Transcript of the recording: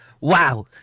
Wow